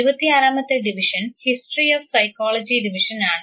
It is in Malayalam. ഇരുപത്തിയാറാമത്തെ ഡിവിഷൻ ഹിസ്റ്ററി ഓഫ് സൈക്കോളജി ഡിവിഷനാണ്